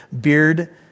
beard